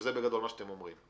שזה בגדול מה שאתם אומרים.